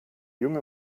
junge